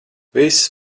viss